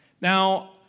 Now